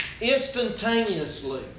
instantaneously